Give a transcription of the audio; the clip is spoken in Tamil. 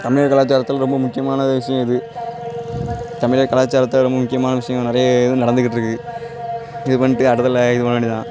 தமிழ் கலாச்சாரத்தில் ரொம்ப முக்கியமான விஷயம் இது தமிழர் கலாச்சாரத்தில் முக்கியமான விஷயங்கள் நிறைய நடந்துக்கிட்டு இருக்கு இது பண்ணிட்டு அடுத்ததில் இது பண்ண வேண்டியதுதான்